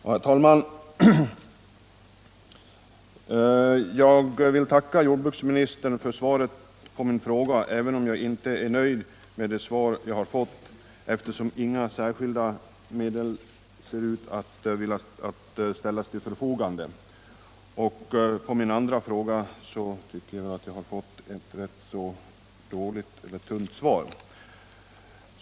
Herr talman! Jag vill tacka jordbruksministern för svaret på min [råga även om jag inte är nöjd med det, eftersom det inte ser ut som om några särskilda medel skulle ställas till förfogande. Jag tycker vidare att jag har fått ett tunt svar på min andra delfråga.